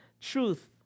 truth